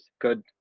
Good